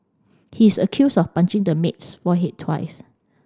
he is accused of punching the maid's forehead twice